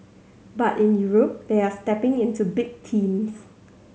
but in Europe they are stepping into big teams